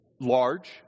large